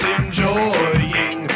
enjoying